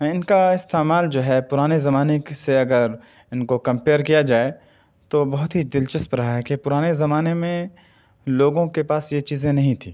ان کا استعمال جو ہے پرانے زمانے سے اگر ان کو کمپیئر کیا جائے تو بہت ہی دلچسپ رہا ہے کہ پرانے زمانے میں لوگوں کے پاس یہ چیزیں نہیں تھیں